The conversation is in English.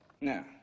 Now